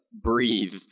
breathe